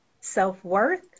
self-worth